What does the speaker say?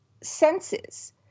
senses